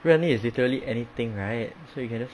任意 is literally anything right so you can just